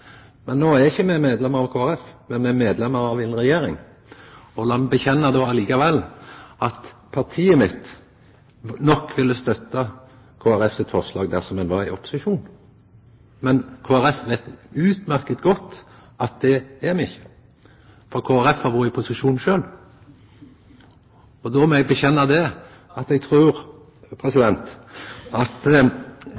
Men no er me ikkje medlemmer av Kristeleg Folkeparti, me er medlemmer av regjeringsparti. Lat meg likevel vedkjenna at partiet mitt nok ville ha støtta Kristeleg Folkeparti sitt forslag dersom me var i opposisjon. Men Kristeleg Folkeparti veit utmerket godt at det er me ikkje. Kristeleg Folkeparti har vore i posisjon sjølv. Då må eg vedkjenna at eg trur